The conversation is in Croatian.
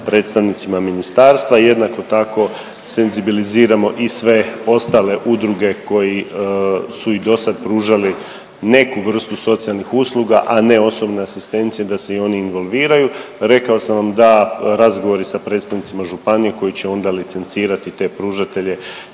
predstavnicima ministarstva. Jednako tako senzibiliziramo i sve ostale udruge koji su i dosad pružali neku vrstu socijalnih usluga, a ne osobne asistencije da se i oni involviraju. Rekao sam vam da razgovori sa predstavnicima županije koji će onda licencirati te pružatelje